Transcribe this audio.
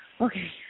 Okay